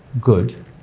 good